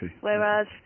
Whereas